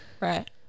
Right